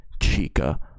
Chica